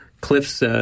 Cliff's